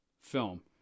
film